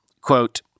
Quote